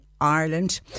Ireland